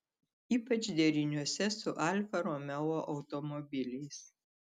ypač deriniuose su alfa romeo automobiliais